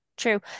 True